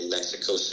Mexico